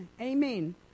Amen